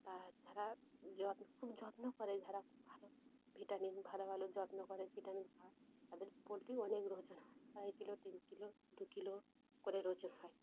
তা যারা যত্ন খুব যত্ন করে যারা ভালো ভিটামিন ভালো ভালো যত্ন করে ভিটামিন খায় তাদের পোলট্রি অনেক ওজন হয় আড়াই কিলো তিন কিলো দু কিলো করে ওজন হয়